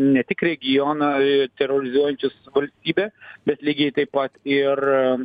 ne tik regioną terorizuojančius valstybe bet lygiai taip pat ir